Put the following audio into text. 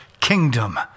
kingdom